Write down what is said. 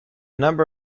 number